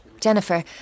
Jennifer